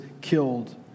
killed